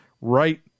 right